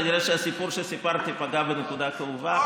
כנראה שהסיפור שסיפרתי פגע בנקודה כאובה,